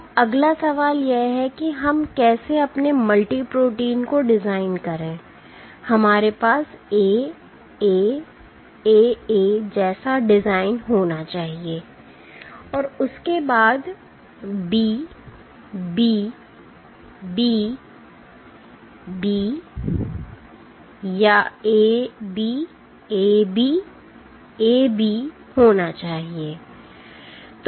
अब अगला सवाल यह है कि हम कैसे अपने मल्टी प्रोटीन को डिज़ाइन करें हमारे पास A A A A जैसा डिज़ाइन होना चाहिए और उसके बाद B B B B या A B A B A B होना चाहिए